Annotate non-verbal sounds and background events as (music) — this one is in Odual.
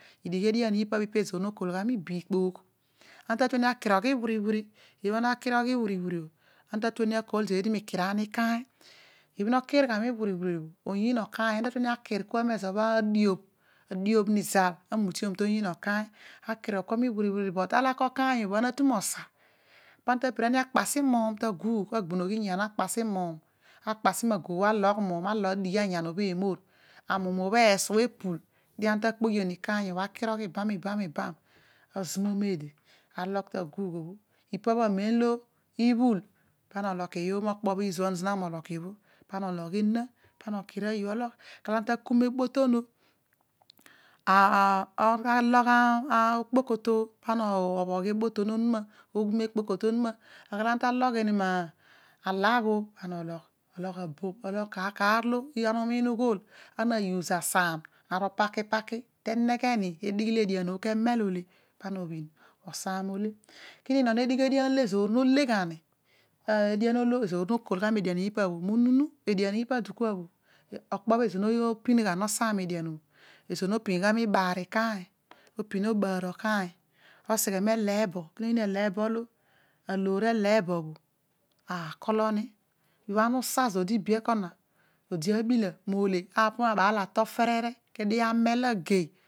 Idigh edian ipa bho ezoor kua gha kua ibiikpoogh, ana ta tueni akirogh iwuri wiri ibha ana na kirogh iwiri wiri obho ana tatueni akol zeedi miiuiran ikaany obha no kir gha mi wiri wiri oyiin okaany ana ta tueni akir adiobh, adiobh nizal amutiom to oyiin okaany, ta alaka okaeny obho, amem ana ma tu mo osa, ana ta pira akapasi muum taguugh agbonoghi anyan akpasi muum, arapagi ma aguugh bho alogh muum adighi anyon bho emor mlokiiy omo okpo bho izuan zina mo lokiig obho, pa ana olog ena, pana okir ayo ologh ana ta kum eboton oh (unintelligible) ekpoko to, pana ologh eboto onuma oghum ekpototo onumu, aru kar olo ana ta logh ri ma alagh oh, pana ologh, ologh abogh, ologh kar kar olo ana umiin ughol ana use asaam, na riipaki paki tenegheni edighi oolo edian bho kemel ole pana obhin osaam ole kin unon odigh edian olo ezoor nole gha ni, ezoor no kol ghe mo onunu, edian ina bho idi kua, okpko bho ezoor nopin gha no saam obho, ezoor nopin gha miibaar ikaany, opin obaar okaany oseghe ini eleebo ki no oyiin eleebo, olo aloor eleebo bho a lolo ni ibha ana usa zodi be ekona, odi abimole odi nabaal atol ferere kedio amal agei.